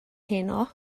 heno